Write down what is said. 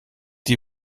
die